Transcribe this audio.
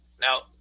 Now